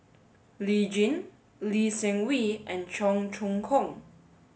Lee Tjin Lee Seng Wee and Cheong Choong Kong